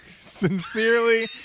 Sincerely